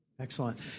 Excellent